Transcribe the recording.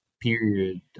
period